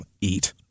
eat